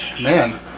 man